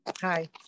Hi